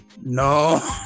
No